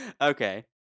okay